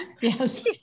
Yes